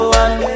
one